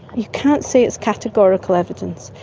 you can't say it's categorical evidence.